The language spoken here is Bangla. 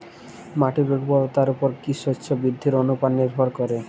মাটির উর্বরতার উপর কী শস্য বৃদ্ধির অনুপাত নির্ভর করে?